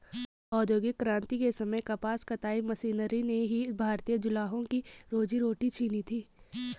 औद्योगिक क्रांति के समय कपास कताई मशीनरी ने ही भारतीय जुलाहों की रोजी रोटी छिनी थी